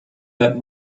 that